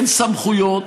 אין סמכויות,